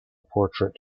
portrait